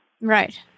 Right